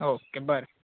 okay बरें